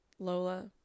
Lola